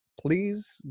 please